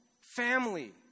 family